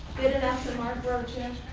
good enough for for ah